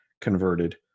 converted